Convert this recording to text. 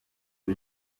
the